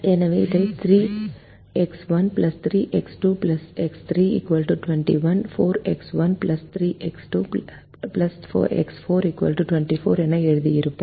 எனவே இதை 3X1 3X2 X3 21 4X1 3X2 X4 24 என எழுதியிருப்போம்